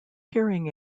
hearing